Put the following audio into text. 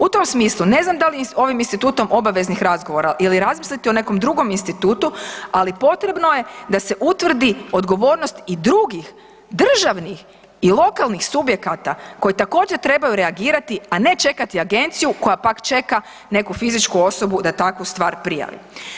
U tom smislu ne znam da li je ovim institutom obaveznih razgovora ili razmisliti o nekom drugom institutu, ali potrebno je da se utvrdi odgovornost i drugih državnih i lokalnih subjekata koji također trebaju reagirati, a ne čekati agenciju koja pak čeka neku fizičku osobu da takvu stvar prijavi.